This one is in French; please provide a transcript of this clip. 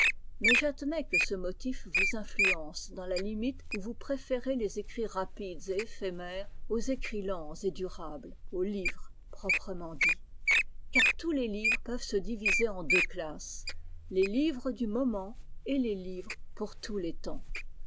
mais j'admets que ce motif vous influence dans la limite où vous préférez les écrits rapides et éphémères aux écrits lents et durables aux livres proprement dits car tous les livres peuvent se diviser en deux classes les livres du moment et les livres pour tous les temps